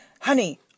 Honey